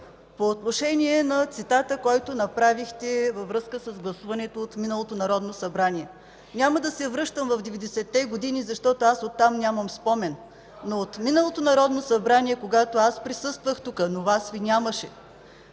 По отношение на цитата, който направихте във връзка с гласуването от миналото Народно събрание. Няма да се връщам в 90-те години, защото аз от там нямам спомен, но от миналото Народно събрание, когато присъствах тук, но Вас Ви нямаше,